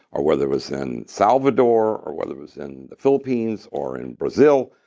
or whether it was in salvador, or whether it was in the philippines, or in brazil,